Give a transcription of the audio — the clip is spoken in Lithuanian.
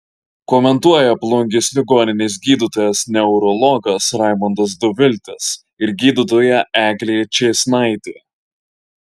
komentuoja plungės ligoninės gydytojas neurologas raimondas doviltis ir gydytoja eglė čėsnaitė